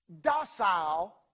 docile